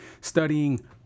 Studying